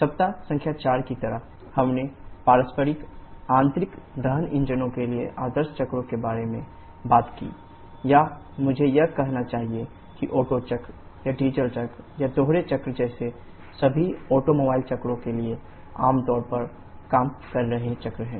सप्ताह संख्या 4 की तरह हमने पारस्परिक आंतरिक दहन इंजनों के लिए आदर्श चक्रों के बारे में बात की या मुझे यह कहना चाहिए कि ओटो चक्र या डीजल चक्र या दोहरे चक्र जैसे सभी ऑटोमोबाइल चक्रों के लिए आम तौर पर काम कर रहे चक्र हैं